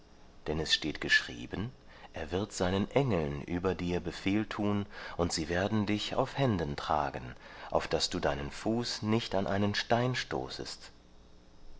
denn es steht geschrieben er wird seinen engeln über dir befehl tun und sie werden dich auf händen tragen auf daß du deinen fuß nicht an einen stein stoßest